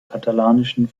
katalanischen